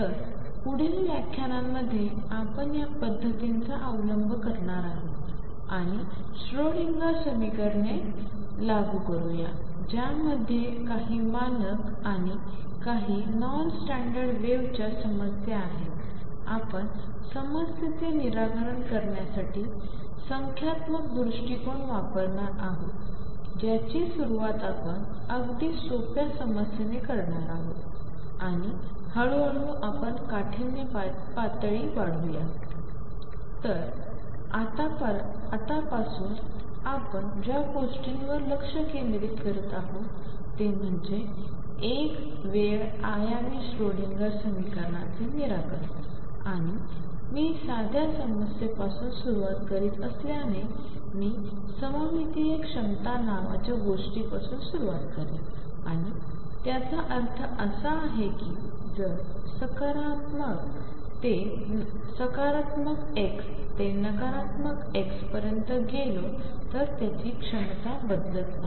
तर यापुढील व्याख्यानांमध्ये आपण या पद्धतींचा अवलंब करणार आहोत आणि श्रोडिंजर समीकरणे लागू करूया ज्यामध्ये काही मानक आणि काही नॉन स्टँडर्ड वेव्हच्या समस्या आहेत आपण समस्येचे निराकरण करण्यासाठी संख्यात्मक दृष्टिकोन वापरणार आहोत ज्याची सुरुवात आपण अगदी सोप्या समस्याने करणार आहोत आणि हळूहळू आपण काठिण्य पातळी वाढवू तर आतापासून आपण ज्या गोष्टींवर लक्ष केंद्रित करत आहोत ते म्हणजे एक वेळ आयामी श्रोडिंगर समीकरणाचे निराकरण आणि मी साध्या समस्या पासून सुरुवात करत असल्याने मी सममितीय क्षमता नावाच्या गोष्टीपासून सुरुवात करेन आणि त्याचा अर्थ असा आहे की जर सकारात्मक x ते नकारात्मक x पर्यंत गेलो तर त्याची क्षमता बदलत नाही